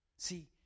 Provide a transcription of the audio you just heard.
See